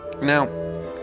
Now